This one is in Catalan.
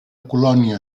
colònia